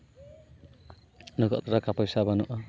ᱱᱤᱛᱳᱜ ᱴᱟᱠᱟ ᱯᱚᱭᱥᱟ ᱵᱟᱹᱱᱩᱜᱼᱟ